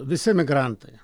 visi emigrantai